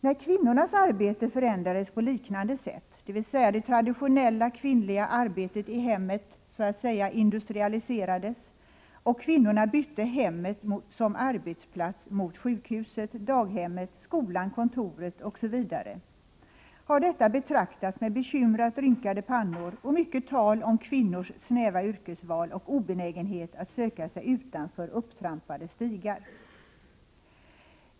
När kvinnornas arbete förändrades på liknande sätt, dvs. det traditionella kvinnliga arbetet i hemmet ”industrialiserades” och kvinnorna bytte hemmet som arbetsplats mot sjukhuset, daghemmet, skolan, kontoret osv. har detta betraktats med 89 bekymrat rynkade pannor och mycket tal om kvinnors snäva yrkesval och obenägenhet att söka sig utanför upptrampade stigar.